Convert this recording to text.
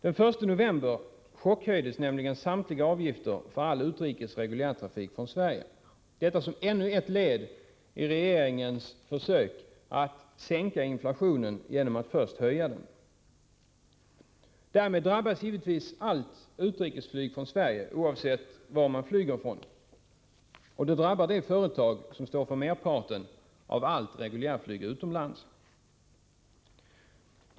Den 1 november chockhöjdes nämligen samtliga avgifter för all utrikes reguljärtrafik från Sverige. Detta var ännu ett led i regeringens försök att sänka inflationen genom att först höja den. Därmed drabbas givetvis allt utrikesflyg från Sverige, oavsett varifrån man flyger. Och det drabbar det företag som står för merparten av allt reguljärflyg till utlandet.